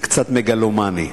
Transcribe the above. זה קצת מגלומני,